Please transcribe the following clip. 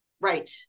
Right